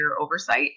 oversight